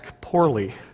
poorly